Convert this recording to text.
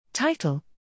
Title